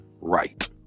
right